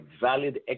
valid